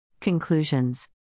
Conclusions